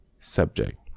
subject